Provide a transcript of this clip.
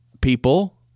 people